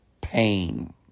pain